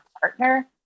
partner